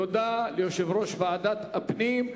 תודה ליושב-ראש ועדת הפנים.